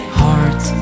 heart